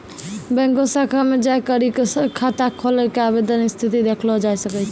बैंको शाखा मे जाय करी क खाता खोलै के आवेदन स्थिति देखलो जाय सकै छै